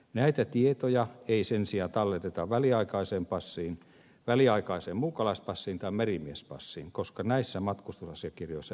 näitä tietoja ei sen sijaan talleteta väliaikaiseen passiin väliaikaiseen muukalaispassiin tai merimiespassiin koska näissä matkustusasiakirjoissa ei ole sirua